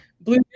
blue